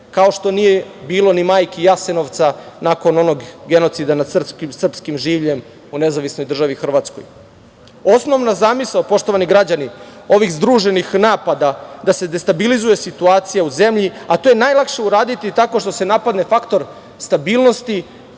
kao što nije bilo ni majki Jasenovca nakon onog genocida nad srpskim življem u NDH.Osnovna zamisao poštovani građani ovih združenih napada, da se destabilizuje situacija u zemlji, a to je najlakše uraditi tako što se napadne faktor stabilnosti